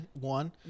One